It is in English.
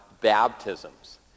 baptisms